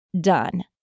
done